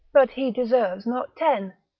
but he deserves not ten,